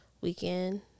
weekend